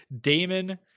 Damon